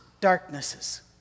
darknesses